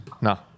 No